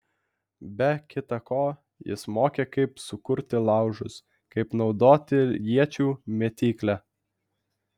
be kita ko jis mokė kaip sukurti laužus kaip naudoti iečių mėtyklę